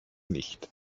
nicht